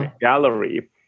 gallery